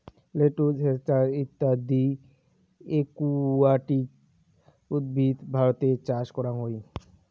lettuce, hyacinth ইত্যদি aquatic উদ্ভিদ ভারতে চাষ করাং হই